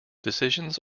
decisions